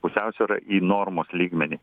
pusiausvyrą į normos lygmenį